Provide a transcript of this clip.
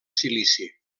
silici